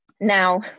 Now